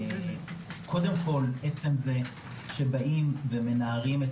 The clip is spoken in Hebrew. קודם כול עצם זה שבאים ומנערים את